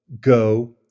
go